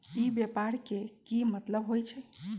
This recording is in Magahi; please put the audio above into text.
ई व्यापार के की मतलब होई छई?